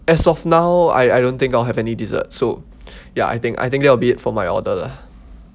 as of now I I don't think I'll have any dessert so ya I think I think that will be it for my order lah